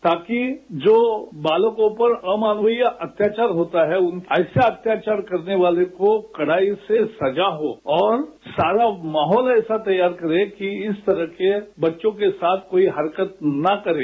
ताकि जो बालकों पर अमानवीय अत्याचार होता है ऐसे अत्याचार करने वाले को कडाई से सजा हो और सारा माहौल ऐसा तैयार करे कि इस तरह बच्चों के साथ कोई हरकत न करें